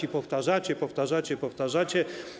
i powtarzacie, powtarzacie, powtarzacie.